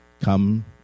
come